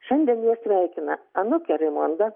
šiandien ją sveikina anūkė raimonda